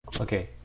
Okay